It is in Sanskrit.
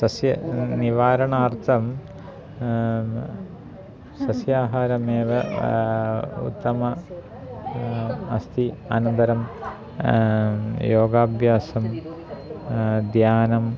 तस्य निवारणार्थं सस्याहारमेव उत्तमं अस्ति अनन्तरं योगाभ्यासः ध्यानं